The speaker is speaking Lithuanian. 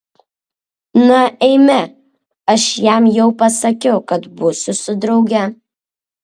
na eime aš jam jau pasakiau kad būsiu su drauge